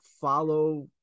follow